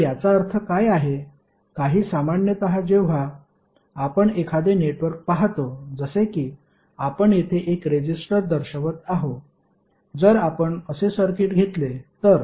तर याचा अर्थ काय आहे काही सामान्यत जेव्हा आपण एखादे नेटवर्क पाहतो जसे की आपण येथे एक रेजिस्टर दर्शवत आहो जर आपण असे सर्किट घेतले तर